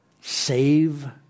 Save